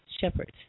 Shepherds